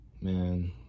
man